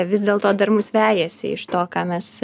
vis dėlto dar mus vejasi iš to ką mes